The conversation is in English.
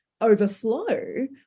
overflow